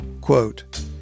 Quote